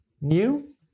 New